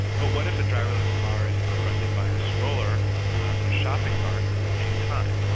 but what if a driverless car is confronted by a stroller and a shopping cart at the same time?